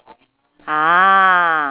ah